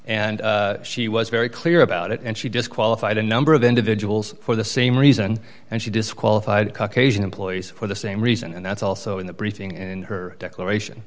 and she was very clear about it and she just qualified a number of individuals for the same reason and she disqualified caucasian employees for the same reason and that's also in the briefing in her declaration